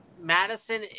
Madison